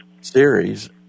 Series